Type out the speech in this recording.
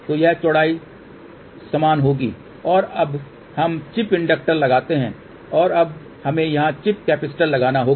तो यह चौड़ाई समान होगी और अब हम चिप इंडक्टर लगाते हैं और अब हमें यहां चिप कैपेसिटर लगाना होगा